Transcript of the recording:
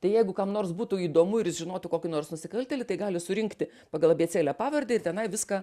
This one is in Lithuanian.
tai jeigu kam nors būtų įdomu ir jis žinotų kokį nors nusikaltėlį tai gali surinkti pagal abėcėlę pavardę ir tenai viską